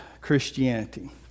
Christianity